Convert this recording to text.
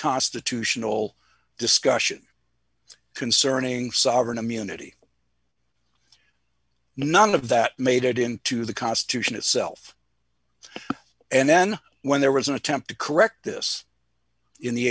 constitutional discussion concerning sovereign immunity none of that made it into the constitution itself and then when there was an attempt to correct this in the